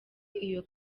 iyo